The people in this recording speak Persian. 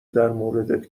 درموردت